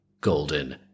Golden